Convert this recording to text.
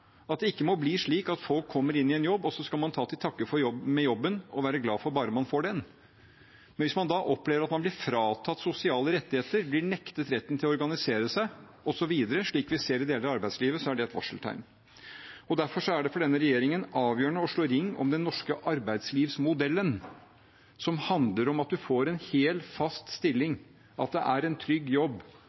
at det ikke må bli slik at folk kommer inn i en jobb, og så skal man ta til takke med jobben og være glad bare man får den. Hvis man da opplever at man blir fratatt sosiale rettigheter, blir nektet retten til å organisere seg osv., slik vi ser i deler av arbeidslivet, så er det et varseltegn. Derfor er det for denne regjeringen avgjørende å slå ring om den norske arbeidslivsmodellen, som handler om at man får en hel, fast stilling, at det er en trygg jobb,